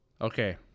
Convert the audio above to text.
Okay